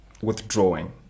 withdrawing